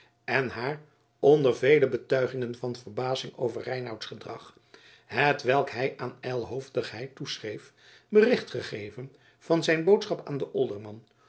en haar onder vele betuigingen van verbazing over reinouts gedrag hetwelk hij aan ijlhoofdigheid toeschreef bericht gegeven van zijn boodschap aan den